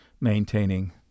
maintaining